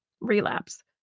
relapse